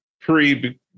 pre